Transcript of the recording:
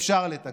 אפשר לתקן.